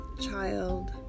child